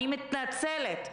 אני מתנצלת,